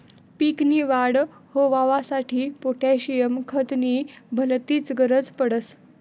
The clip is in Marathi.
पीक नी वाढ होवांसाठी पोटॅशियम खत नी भलतीच गरज पडस